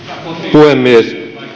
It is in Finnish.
puhemies